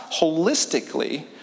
holistically